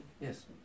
yes